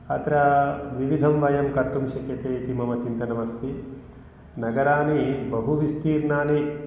अत्र विविधं वयं कर्तुं शक्यते इति मम चिन्तनम् अस्ति नगराणि बहु विस्तीर्णानि